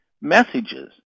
messages